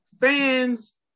fans